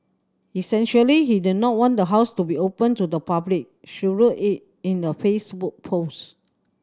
essentially he did not want the house to be open to the public she wrote it in a Facebook post